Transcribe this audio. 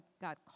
got